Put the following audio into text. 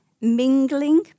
mingling